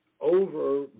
over